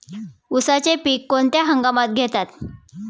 उसाचे पीक कोणत्या हंगामात घेतात?